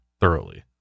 thoroughly